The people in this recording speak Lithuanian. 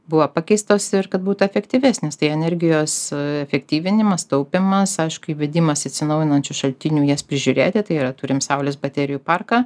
buvo pakeistos ir kad būtų efektyvesnės tai energijos efektyvinimas taupymas aišku įvedimas atsinaujinančių šaltinių jas prižiūrėti tai yra turim saulės baterijų parką